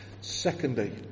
Secondly